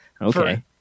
Okay